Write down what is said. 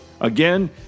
Again